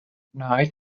night